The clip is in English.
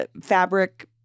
fabric